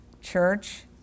Church